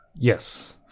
yes